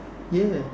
yes